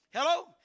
Hello